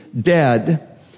dead